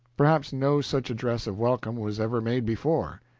perhaps no such address of welcome was ever made before.